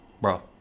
Bro